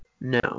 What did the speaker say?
no